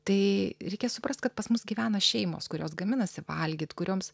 tai reikia suprasti kad pas mus gyvena šeimos kurios gaminasi valgyti kurioms